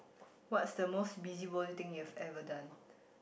what's the most busybody thing you've ever done